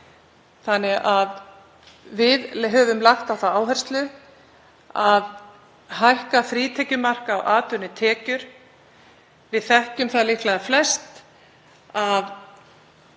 Þannig að við höfum lagt á það áherslu að hækka frítekjumark á atvinnutekjur. Við þekkjum það líklega flest að